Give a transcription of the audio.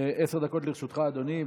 עשר דקות לרשותך, אדוני.